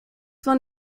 von